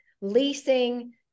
leasing